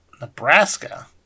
Nebraska